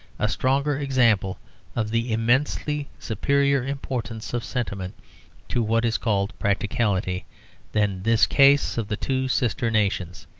a stronger example of the immensely superior importance of sentiment to what is called practicality than this case of the two sister nations.